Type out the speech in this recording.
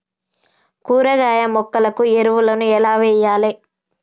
కూరగాయ మొక్కలకు ఎరువులను ఎలా వెయ్యాలే?